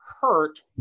hurt